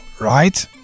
Right